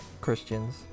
Christians